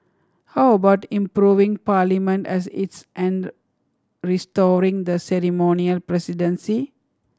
how about improving Parliament as it's and restoring the ceremonial presidency